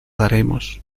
daremos